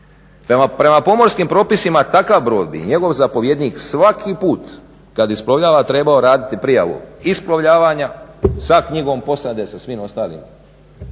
Prema pomorskim propisima takav brod bi, i njegov zapovjednik, svaki put kad isplovljava trebao raditi prijavu isplovljavanja sa knjigom posade, sa svim ostalim